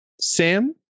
Sam